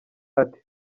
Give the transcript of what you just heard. ati